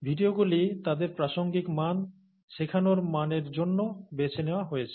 ভিডিওগুলি তাদের প্রাসঙ্গিক মান শেখানোর মানের জন্য বেছে নেওয়া হয়েছে